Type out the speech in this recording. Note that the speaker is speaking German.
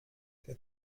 der